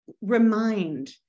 remind